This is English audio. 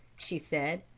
she said.